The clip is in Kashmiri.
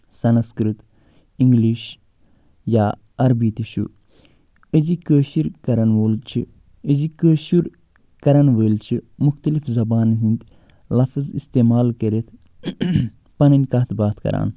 سَنَسکرت اِنگلِش یا عربی تہِ چھُ أزِکۍ کٲشُر کرن وول چھُ أزیُک کٲشُر کرَن وٲلۍ چھِ مُختٔلِف زَبانن ۂندۍ لَفظ اِسٮتعمال کٔرِتھ پَنٕنۍ کِتھ باتھ کران